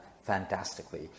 fantastically